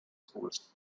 schools